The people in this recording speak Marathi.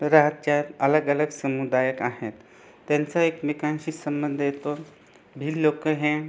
राज्यात् अलग अलग समुदायक आहेत त्यांचा एकमेकांशी संबंध येतो भिल्ल लोक हे